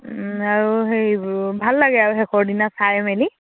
আৰু হেৰি ভাল লাগে আৰু শেষৰ দিনা চাই মেলি